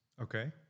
Okay